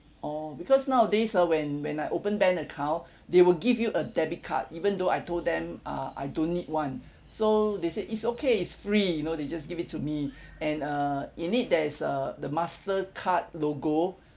orh because nowadays ah when when I open bank account they will give you a debit card even though I told them uh I don't need one so they say it's okay it's free you know they just give it to me and err in it there is uh the Mastercard logo